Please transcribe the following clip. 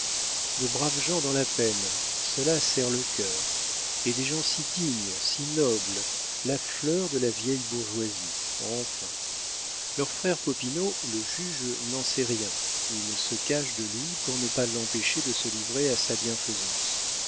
de braves gens dans la peine cela serre le cœur et des gens si dignes si nobles la fleur de la vieille bourgeoisie enfin leur frère popinot le juge n'en sait rien ils se cachent de lui pour ne pas l'empêcher de se livrer à sa bienfaisance